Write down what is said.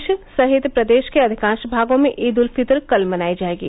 देश सहित प्रदेश के अधिकांश भागों में ईद उल फित्र कल मनाई जाएगी